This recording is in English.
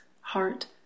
heart